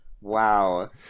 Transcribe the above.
Wow